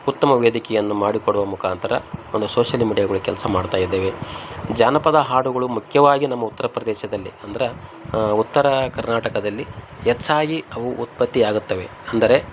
ಉತ್ತಮ ವೇದಿಕೆಯನ್ನು ಮಾಡಿಕೊಡುವ ಮುಖಾಂತರ ಒಂದು ಸೋಷಲ್ ಮೀಡಿಯಾಗಳು ಕೆಲಸ ಮಾಡ್ತಾ ಇದಾವೆ ಜಾನಪದ ಹಾಡುಗಳು ಮುಖ್ಯವಾಗಿ ನಮ್ಮ ಉತ್ತರ ಪ್ರದೇಶದಲ್ಲಿ ಅಂದ್ರೆ ಉತ್ತರ ಕರ್ನಾಟಕದಲ್ಲಿ ಹೆಚ್ಚಾಗಿ ಅವು ಉತ್ಪತ್ತಿಯಾಗತ್ತವೆ ಅಂದರೆ